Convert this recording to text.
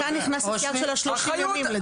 כאן נכנס הסייג של ה-30 ימים.